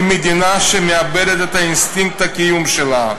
היא מדינה שמאבדת את אינסטינקט הקיום שלה.